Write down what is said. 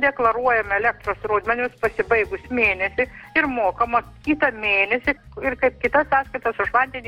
deklaruojam elektros rodmenis pasibaigus mėnesį ir mokam už kitą mėnesį ir kaip kitas sąskaitas už vandenį